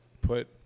put